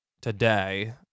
today